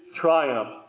triumph